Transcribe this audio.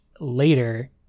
later